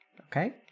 okay